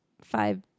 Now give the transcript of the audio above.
five